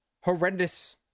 horrendous